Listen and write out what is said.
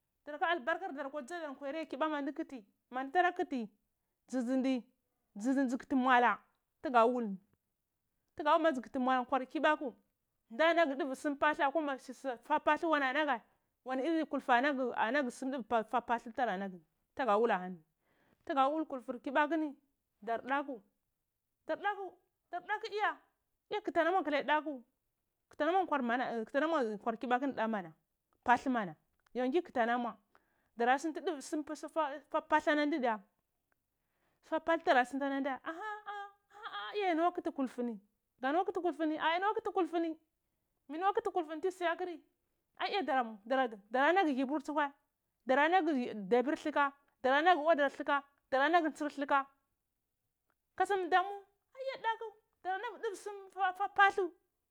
Daraka albarkardar akwa dza dar nkwar yar krbaku mandi kuti mandu tara kuti ɗzu zindi dzu kuti mwala tugu wul ni tugada wol ni dzu kuti nkwar kibakul nda nagu duva sum palu akwa poh pulu wand naghe wani iyil kolfa ra alaghe kulfu fah paldlu tidara naguni tuga wul ahanuni tuga wul kurfur kibako dar daku dar dae u iya iya kuti alamva kulai daku huti alamur hkwar hibatu nu diye dahu pulu mana yo ngeh ki kuti alamuri dara sumti auvai ala nheh fah paldu diya fah puldlu ɗuɗara suntan ana ndheh aha iya yi luka tuti kulfu ni ga lungwa kiti kulfu ni a ya lungwa kiti kulfu ni mi luka kiti kulfa ni ai iya dara laghhe yibur tsuh wul ɗara naghe ɗabur tsuhwai dara nagu audu tsu huai dara lag he ntsir lukɗ kasu mi damu ai ya daku dara taghe duvir suma aiyyan pwatu.